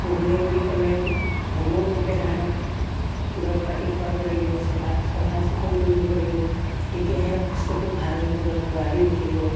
পুহিলে বুলি ক'লে সময়মতে তাহাঁতক দৰৱ পাতি খুৱাব লাগিব চফা চফা চিকুণ কৰি দিব লাগিব তেতিয়াহে বস্তুটো ভাল হ'ব ধৰক পোৱালিও উঠিব